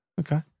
Okay